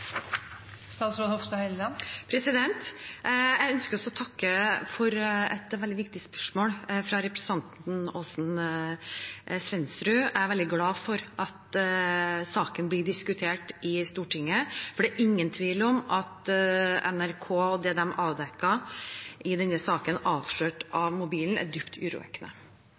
Jeg ønsker å takke for et veldig viktig spørsmål fra representanten Aasen-Svensrud. Jeg er veldig glad for at saken blir diskutert i Stortinget, for det er ingen tvil om at det NRK avdekket i denne saken, «Avslørt av mobilen», er dypt urovekkende.